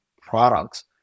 products